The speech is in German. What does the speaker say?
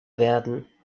werden